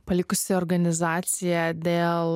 palikusi organizaciją dėl